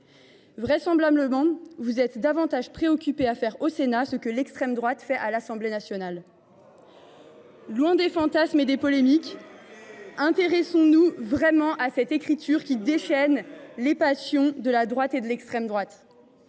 vraisemblance, vous êtes davantage préoccupés de réaliser au Sénat ce que l’extrême droite fait à l’Assemblée nationale. Loin des fantasmes et des polémiques,… Éculé !… intéressons nous réellement à cette écriture qui déchaîne les passions de la droite et de l’extrême droite.